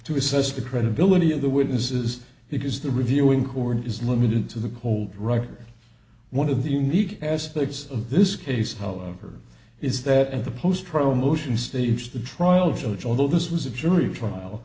to assess the credibility of the witnesses because the reviewing court is limited to the cold right one of the unique aspects of this case however is that in the post trial motions stage the trial judge although this was a jury trial